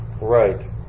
Right